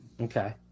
Okay